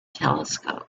telescope